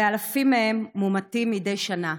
ואלפים מהם מומתים מדי שנה,